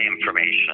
information